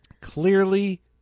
Clearly